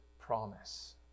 promise